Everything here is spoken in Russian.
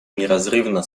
неразрывно